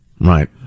Right